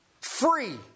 free